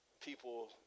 people